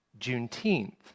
Juneteenth